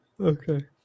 Okay